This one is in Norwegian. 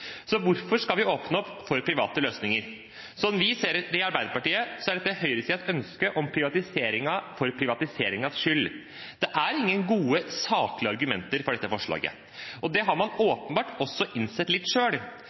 Så hvorfor skal vi åpne opp for private løsninger? Som vi ser det i Arbeiderpartiet, er dette høyresidens ønske om privatisering for privatiseringens skyld. Det er ingen gode saklige argumenter for dette forslaget. Det har man åpenbart også innsett litt